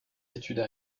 études